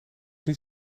niet